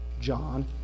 John